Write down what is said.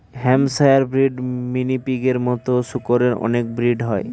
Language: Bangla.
হ্যাম্পশায়ার ব্রিড, মিনি পিগের মতো শুকরের অনেক ব্রিড হয়